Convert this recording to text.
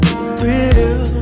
Thrill